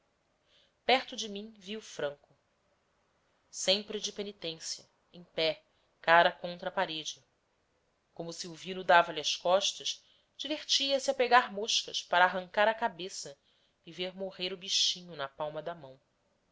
perto de mim vi o franco sempre de penitência em pé cara contra a parede como silvino dava-lhe as costas divertia-se a pegar moscas para arrancar a cabeça e ver morrer o bichinho na palma da mão